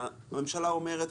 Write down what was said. שהממשלה אומרת,